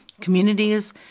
Communities